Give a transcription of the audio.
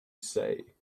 say